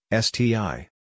STI